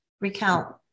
recount